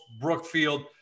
Brookfield